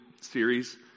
series